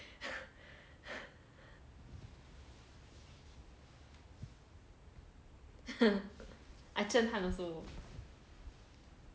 I 赞叹 also